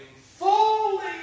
fully